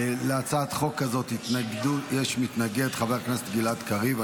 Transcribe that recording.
להצעת החוק הזאת יש מתנגד, חבר הכנסת גלעד קריב.